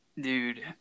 dude